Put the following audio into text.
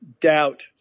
doubt